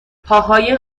پاهای